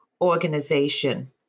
organization